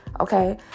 okay